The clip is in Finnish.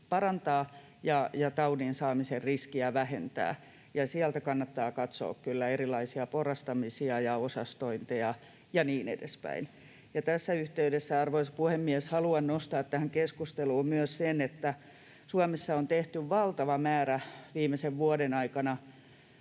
parantaa ja taudin saamisen riskiä vähentää, ja sieltä kannattaa katsoa kyllä erilaisia porrastamisia ja osastointeja ja niin edespäin. Tässä yhteydessä, arvoisa puhemies, haluan nostaa tähän keskusteluun myös sen, että Suomessa on tehty viimeisen vuoden aikana